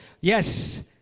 yes